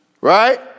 Right